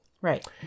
Right